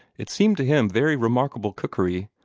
it seemed to him very remarkable cookery,